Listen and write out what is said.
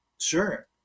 Sure